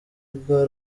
rwa